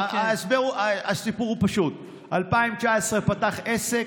הסיפור הוא פשוט: ב-2019 הוא פתח עסק,